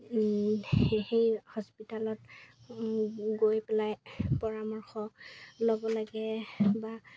সেই হস্পিটেলত গৈ পেলাই পৰামৰ্শ ল'ব লাগে বা